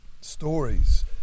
stories